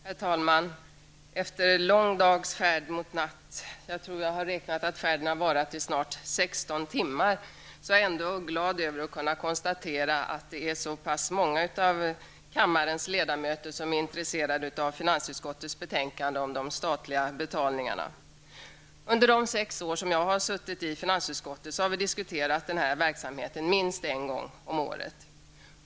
Herr talman! Efter lång dags färd mot natt -- jag har räknat att färden har varat i snart 16 timmar -- är jag ändå glad över att kunna konstatera att det är så pass många av kammarens ledamöter som är intresserade av finansutskottets betänkande om det statliga betalningarna. Under de sex år som jag har suttit i finansutskottet har vi diskuterat denna verksamhet minst en gång om året.